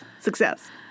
Success